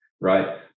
right